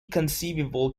conceivable